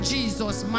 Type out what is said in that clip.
Jesus